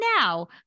now